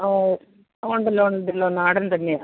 ഓ ഉണ്ടല്ലോ ഉണ്ടല്ലോ നാടൻ തന്നെയാണ്